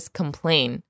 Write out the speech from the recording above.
complain